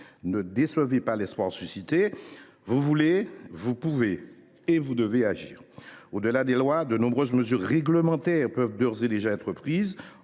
Ne décevez pas l’espoir suscité. Vous voulez, vous pouvez, vous devez donc agir ! Au delà des lois, de nombreuses mesures réglementaires peuvent d’ores et déjà être prises